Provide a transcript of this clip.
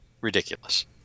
ridiculous